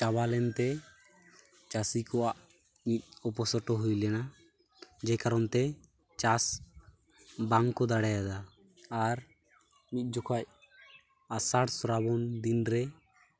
ᱪᱟᱵᱟᱞᱮᱱᱛᱮ ᱪᱟᱹᱥᱤ ᱠᱚᱣᱟᱜ ᱢᱤᱫ ᱚᱯᱚᱥᱚᱴᱚ ᱦᱩᱭᱞᱮᱱᱟ ᱡᱮ ᱠᱟᱨᱚᱱᱛᱮ ᱪᱟᱥ ᱵᱟᱝᱠᱚ ᱫᱟᱲᱮᱭᱟᱫᱼᱟ ᱟᱨ ᱢᱤᱫ ᱡᱚᱠᱷᱚᱱ ᱟᱥᱟᱲ ᱥᱨᱟᱵᱚᱱ ᱫᱤᱱᱨᱮ